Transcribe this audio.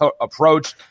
approach